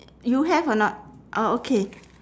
you have or not orh okay